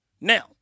Now